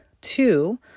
two